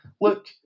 look